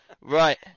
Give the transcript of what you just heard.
Right